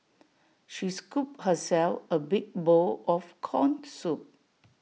she scooped herself A big bowl of Corn Soup